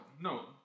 No